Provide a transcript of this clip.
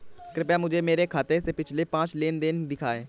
कृपया मुझे मेरे खाते से पिछले पांच लेन देन दिखाएं